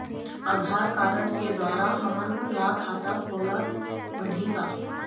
आधार card के द्वारा हमन ला खाता खोलत बनही का?